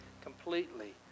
completely